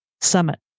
Summit